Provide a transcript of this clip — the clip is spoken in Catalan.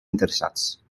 interessats